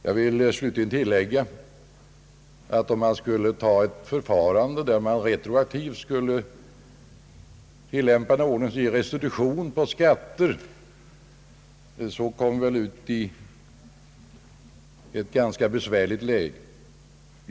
Jag vill slutligen tillägga att om vi skulle införa ett förfarande där man retroaktivt skulle tillämpa en ordning som ger restitution på skatter, kom vi väl i ett ganska besvärligt läge.